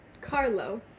carlo